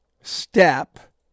step